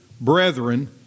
brethren